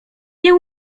nie